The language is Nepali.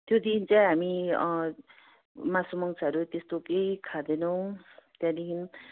त्यो दिन चाहिँ हामी मासु मङ्सहरू त्यस्तो केही खाँदैनौँ त्यहाँदेखि